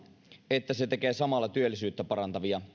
että se tekee samalla tehokkaampia työllisyyttä parantavia